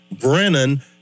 Brennan